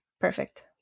Perfect